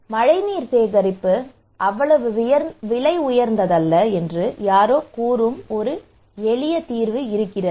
மழைநீர் சேகரிப்பு அவ்வளவு விலை உயர்ந்ததல்ல என்று யாரோ கூறும் ஒரு எளிய தீர்வு இருக்கிறது